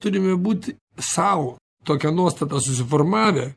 turime būt sau tokią nuostatą susiformavę